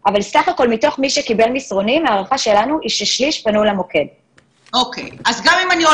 אבל יכול להיות שנציגת משרד הבריאות תגיד לגבי ההשגות לקו הראשון האם יש